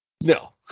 No